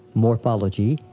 morphology,